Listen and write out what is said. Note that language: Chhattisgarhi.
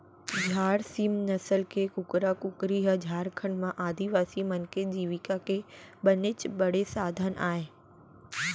झार सीम नसल के कुकरा कुकरी ह झारखंड म आदिवासी मन के जीविका के बनेच बड़े साधन अय